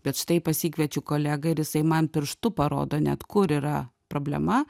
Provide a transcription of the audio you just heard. bet štai pasikviečiu kolegą ir jisai man pirštu parodo net kur yra problema